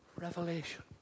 Revelation